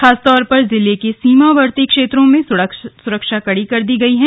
खासतौर पर जिले के सीमावर्ती क्षेत्रों में सुरक्षा कड़ी कर दी गई है